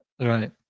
Right